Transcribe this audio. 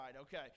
okay